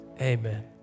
amen